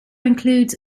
includes